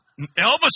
Elvis